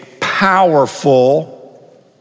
powerful